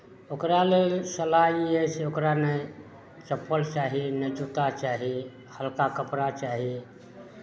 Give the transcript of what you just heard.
ओकरा लेल सलाह ई अछि जे ओकरा नहि चप्पल चाही नहि जुत्ता चाही हल्का कपड़ा चाही